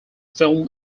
film